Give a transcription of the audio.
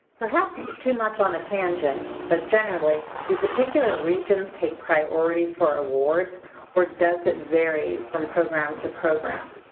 perhaps too much on a tangent, but generally do particular regions take priorities for awards or does it vary from program to program?